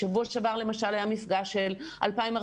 בשבוע שעבר למשל היה מפגש של 2,400